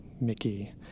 Mickey